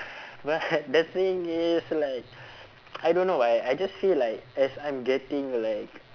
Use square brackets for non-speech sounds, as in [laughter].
[breath] well definitely is like [noise] I don't know why I just feel like as I'm getting like